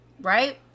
right